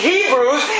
Hebrews